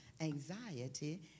anxiety